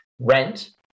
rent